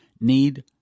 need